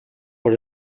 por